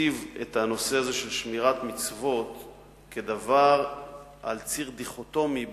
מציב את הנושא הזה של שמירת מצוות על ציר דיכוטומי,